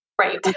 Right